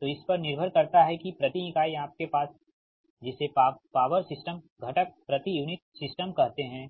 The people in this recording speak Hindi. तो इस पर निर्भर करता है कि प्रति इकाई आपके सह जिसे आप पावर सिस्टम घटक प्रति यूनिट सिस्टम कहते हैं